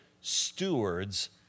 stewards